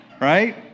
right